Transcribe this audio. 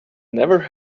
never